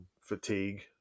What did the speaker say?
fatigue